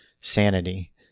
sanity